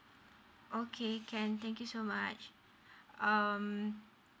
okay can thank you so much um